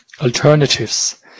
alternatives